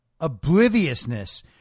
obliviousness